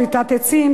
כריתת עצים,